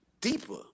deeper